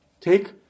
take